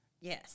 Yes